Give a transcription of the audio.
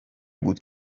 بود